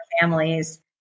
families